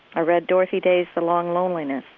i read dorothy day's the long loneliness,